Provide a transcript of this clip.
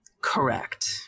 correct